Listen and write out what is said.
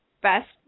best